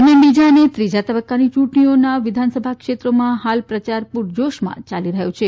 દરમિયાન બીજા અને ત્રીજા તબકકાની યુંટણીઓના વિધાનસભા ક્ષેત્રોમાં હાલ પ્રચાર પુરજોશમાં ચાલી રહથો છે